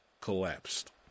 collapsed